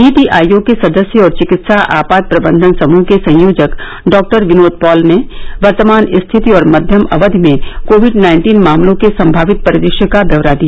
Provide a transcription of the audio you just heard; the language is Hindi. नीति आयोग के सदस्य और चिकित्सा आपात प्रबंधन समृह के संयोजक डॉ विनोद पॉल ने वर्तमान स्थिति और मध्यम अवधि में कोविड नाइन्टीन मामलों के संभावित परिदृश्य का ब्यौरा दिया